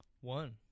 One